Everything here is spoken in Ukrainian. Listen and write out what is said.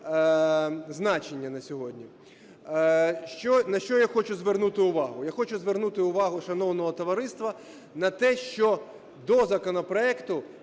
значення на сьогодні. На що я хочу звернути увагу? Я хочу звернути увагу шановного товариства на те, що до законопроекту